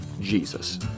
Jesus